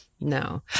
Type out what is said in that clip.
No